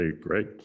great